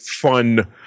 fun